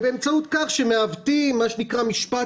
באמצעות כך מעוותים מה שנקרא משפט.